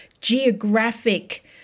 geographic